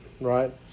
right